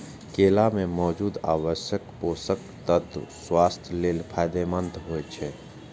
केला मे मौजूद आवश्यक पोषक तत्व स्वास्थ्य लेल फायदेमंद होइ छै